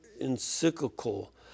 encyclical